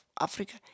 Africa